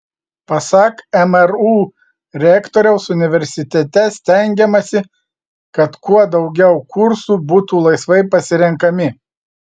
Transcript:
pasak mru rektoriaus universitete stengiamasi kad kuo daugiau kursų būtų laisvai pasirenkami